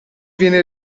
viene